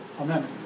Amen